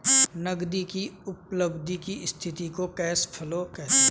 नगदी की उपलब्धि की स्थिति को कैश फ्लो कहते हैं